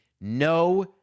No